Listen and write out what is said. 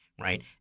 right